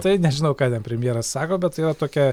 tai nežinau ką ten premjeras sako bet jo tokia